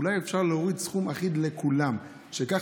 אולי אפשר להוריד סכום אחיד לכולם כך